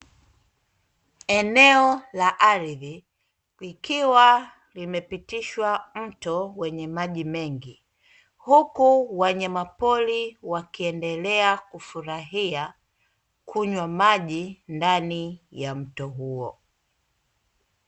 Eneo la ardhi likiwa limepitishwa mto wenye maji mengi, huku wanyamapori wakiendelea kufurahia kunywa maji ndani ya mto huo.